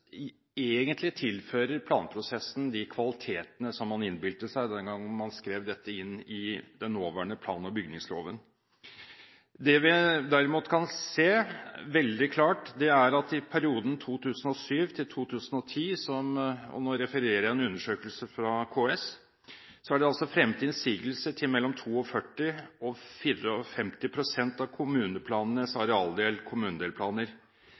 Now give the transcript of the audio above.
inn i den nåværende plan- og bygningsloven. Det vi derimot kan se veldig klart, er at i perioden 2007–2010 – og nå refererer jeg til en undersøkelse i KS – er det fremmet innsigelser til mellom 42 pst. og 54 pst. av kommuneplanenes